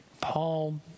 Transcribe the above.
Paul